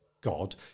God